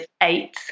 eight